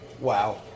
Wow